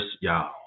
y'all